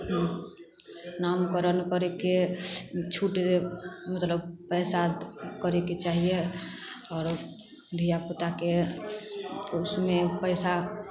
नामकरण पर के छूट मतलब पइसा करैके चाही आओर धिआपुताके उसमे पइसा